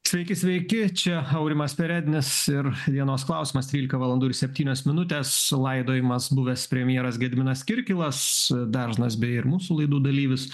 sveiki sveiki čia aurimas perednis ir dienos klausimas trylika valandų ir septynios minutės laidojamas buvęs premjeras gediminas kirkilas dažnas beje ir mūsų laidų dalyvis